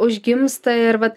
užgimsta ir vat